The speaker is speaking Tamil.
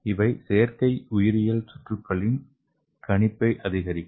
இவை செயற்கை உயிரியல் சுற்றுகளின் கணிப்பை அதிகரிக்கும்